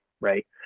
right